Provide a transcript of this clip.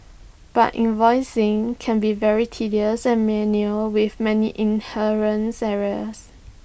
but invoicing can be very tedious and manual with many inherent errors